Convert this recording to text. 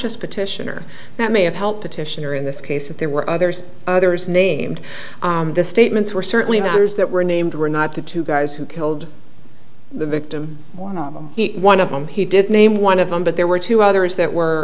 just petitioner that may have helped petitioner in this case that there were others there is named the statements were certainly matters that were named were not the two guys who killed the victim one of them he did name one of them but there were two others that were